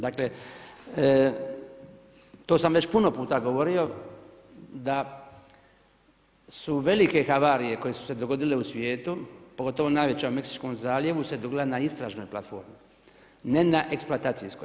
Dakle, to sam već puno puta govorio da su velike havarije koje su se dogodile u svijetu, pogotovo najveća u Meksičkom zaljevu se dogodila na istražnoj platformi, ne na eksploatacijskoj.